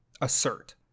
assert